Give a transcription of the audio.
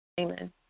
Amen